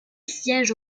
siège